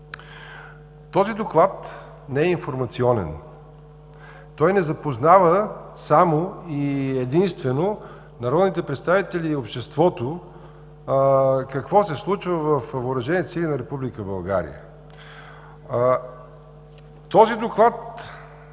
Този доклад не е информационен. Той не запознава само и единствено народните представители и обществото какво се случва във въоръжените сили на Република България. Подготовката